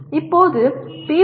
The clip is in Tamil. இப்போது பி